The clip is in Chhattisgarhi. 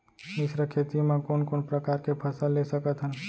मिश्र खेती मा कोन कोन प्रकार के फसल ले सकत हन?